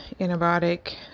antibiotic